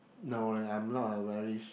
no leh I'm not a very